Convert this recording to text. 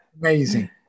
Amazing